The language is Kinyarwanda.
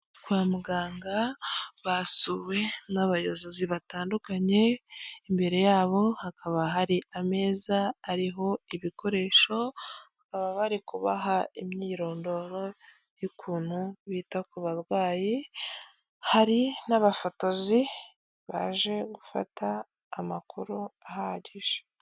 Kwa muganga basuwe n'abayobozi batandukanye, imbere yabo hakaba hari ameza ariho ibikoresho, bakaba bari kubaha imyirondoro y'ukuntu bita ku barwayi, hari n'abafotozi baje gufata amakuru ahagije.